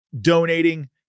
donating